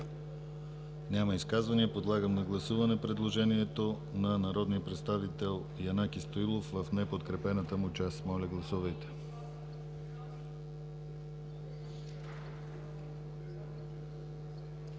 Няма. Подлагам на гласуване предложението на народния представител Янаки Стоилов в неподкрепената му част. Гласували